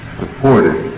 supported